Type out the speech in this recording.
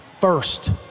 first